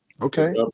Okay